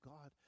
God